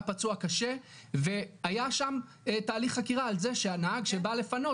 היה פצוע קשה והיה שם תהליך חקירה על זה שהנהג שבא לפנות